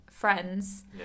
Friends